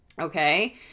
Okay